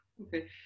Okay